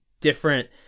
different